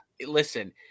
listen